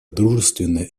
дружественные